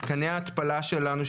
מתקני ההתפלה שלנו,